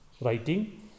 writing